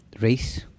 race